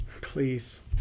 Please